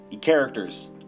characters